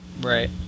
right